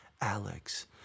Alex